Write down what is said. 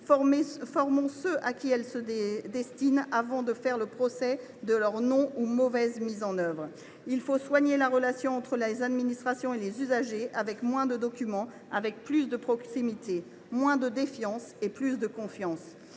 Formons ceux à qui elles se destinent, avant de faire le procès de leur non ou mauvaise mise en œuvre. Il faut soigner la relation entre les administrations et les usagers, avec moins de documents et plus de proximité, moins de défiance et plus de confiance.